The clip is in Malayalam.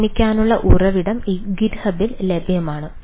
നിർമ്മിക്കാനുള്ള ഉറവിടം ഗിട്ഹബിൽ ലഭ്യമാണ്